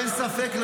אין ספק,